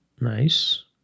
Nice